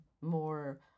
more